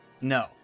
no